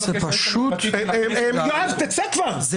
יואב, תצא כבר! תצא.